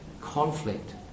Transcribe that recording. conflict